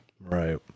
Right